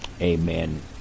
Amen